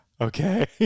Okay